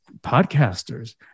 podcasters